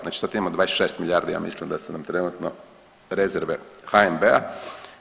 Znači sad imamo 26 milijardi ja mislim da su nam trenutno rezerve HNB-a.